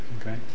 Okay